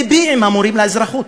לבי עם המורים לאזרחות,